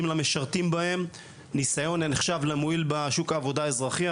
למשרתים בהם ניסיון הנחשב למועיל בשוק העבודה האזרחי,